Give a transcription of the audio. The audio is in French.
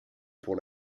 pour